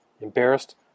embarrassed